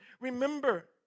remember